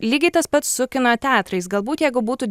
lygiai tas pats su kino teatrais galbūt jeigu būtų